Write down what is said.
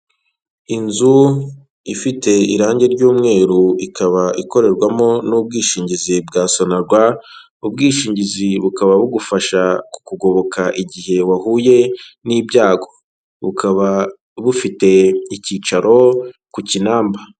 Inzu ifite irangi ry'umweru ikaba ikorerwamo n'ubwishingizi bwa sonarwa. Ubwishingizi bukaba bugufasha kukugoboka igihe wahuye n'ibyago. Bukaba bufite icyicaro ku kinamba.